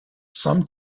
some